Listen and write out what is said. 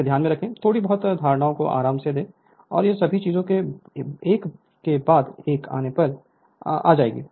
इसे ध्यान में रखें थोड़ी बहुत धारणाओं को आराम दें और ये सभी चीजें एक के बाद एक अपने आप आ जाएंगी